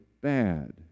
bad